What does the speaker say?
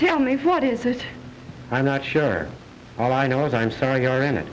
tell me what is it i'm not sure all i know is i'm sorry you are in it